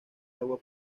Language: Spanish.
agua